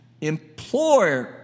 employ